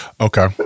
okay